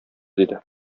диде